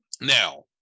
Now